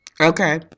Okay